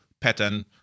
pattern